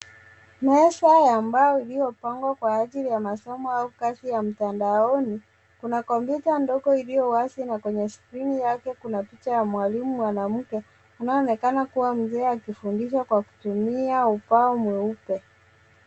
Meza ya mbao iliyopangwa kwa ajili ya masomo au kazi ya mtandaoni, kuna kompyuta ndogo iliyo wazi na kwenye skrini yake kuna picha ya mwalimu mwanamke, anayeonekana kuwa mzee akifundisha kwa kutumia ubao mweupe.